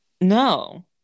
no